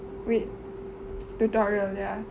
wait tutorial ya